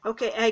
Okay